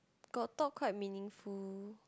got talk quite meaningful